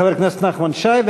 חבר הכנסת נחמן שי,